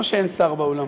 או שאין שר באולם?